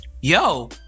yo